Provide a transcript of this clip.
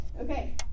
Okay